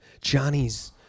Johnny's